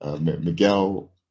Miguel